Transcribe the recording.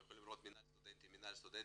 אתם יכולים לראות כאן שמצוין "מינהל סטודנטים",